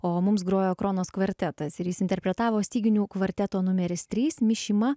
o mums grojo kronos kvartetas ir jis interpretavo styginių kvarteto numeris trys mišima